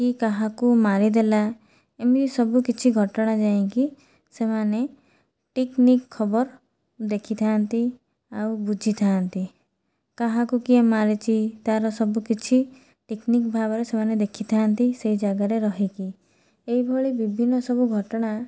କିଏ କାହାକୁ ମାରିଦେଲା ଏମିତି ସବୁ କିଛି ଘଟଣା ଯାଇକି ସେମାନେ ଟିକନିକ ଖବର ଦେଖିଥାନ୍ତି ଆଉ ବୁଝିଥାନ୍ତି କାହାକୁ କିଏ ମାରିଛି ତା'ର ସବୁକିଛି ଟିକନିକ ଭାବରେ ସେମାନେ ଦେଖିଥାନ୍ତି ସେଇ ଜାଗାରେ ରହିକି ଏହିଭଳି ବିଭିନ୍ନ ସବୁ ଘଟଣା